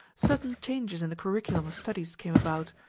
certain changes in the curriculum of studies came about,